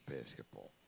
Basketball